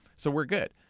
so we're good.